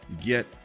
get